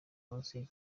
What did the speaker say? munsi